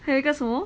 还有一个什么